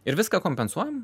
ir viską kompensuojam